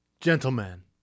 gentlemen